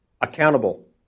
accountable